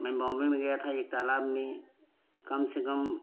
मैं बॉम्बे में गया था एक तालाब में कम से कम